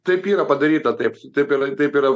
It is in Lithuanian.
taip yra padaryta taip taip yra taip yra